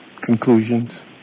conclusions